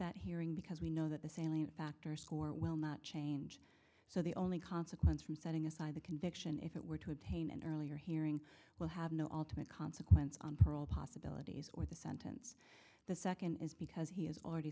that hearing because we know that the salient factor score will not change so the only consequence from setting aside the conviction if it were to obtain an earlier hearing will have no alternate consequence on parole possibilities or the sentence the second is because he has already